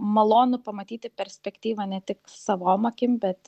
malonu pamatyti perspektyvą ne tik savom akim bet